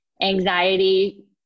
anxiety